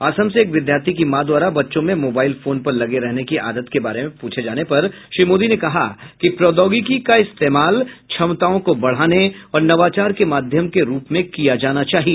असम से एक विद्यार्थी की मां द्वारा बच्चों में मोबाइल फोन पर लगे रहने की आदत के बारे में पूछे जाने पर श्री मोदी ने कहा कि प्रौद्योगिकी का इस्तेमाल क्षमताओं को बढ़ाने और नवाचार के माध्यम के रूप के लिए किया जाना चाहिए